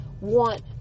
want